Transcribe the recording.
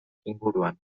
inguruan